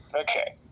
okay